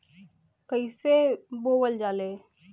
कईसे बोवल जाले?